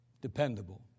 Dependable